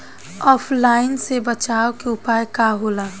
ऑफलाइनसे बचाव के उपाय का होला?